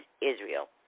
Israel